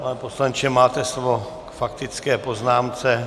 Pane poslanče, máte slovo k faktické poznámce.